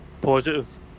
positive